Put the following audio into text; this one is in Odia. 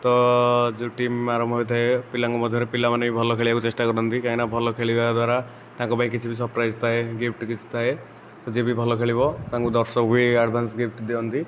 ତ ଯେଉଁ ଟିମ୍ ଆରମ୍ଭ ହୋଇଥାଏ ପିଲାଙ୍କ ମଧ୍ୟରେ ପିଲାମାନେ ବି ଭଲ ଖେଳିବାକୁ ଚେଷ୍ଟା କରନ୍ତି କାହିଁକି ନା ଭଲ ଖେଳିବା ଦ୍ୱାରା ତାଙ୍କ ପାଇଁ କିଛି ବି ସରପ୍ରାଇଜ ଥାଏ ଗିଫ୍ଟ କିଛି ଥାଏ ତ ଯିଏ ବି ଭଲ ଖେଳିବ ତାଙ୍କୁ ଦର୍ଶକ ବି ଆଡ଼ଭାନ୍ସ ଗିଫ୍ଟ ଦିଅନ୍ତି